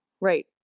Right